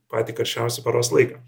patį karščiausią paros laiką